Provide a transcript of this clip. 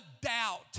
doubt